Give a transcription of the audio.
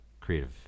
creative